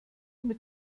mit